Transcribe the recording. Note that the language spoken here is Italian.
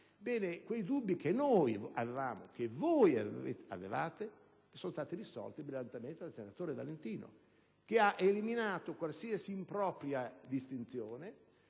Quei dubbi, che noi avevamo e che voi avevate, sono stati risolti brillantemente dal senatore Valentino, che ha eliminato qualsiasi impropria distinzione